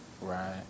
Right